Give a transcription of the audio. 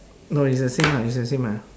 no it's the same ah it's the same ah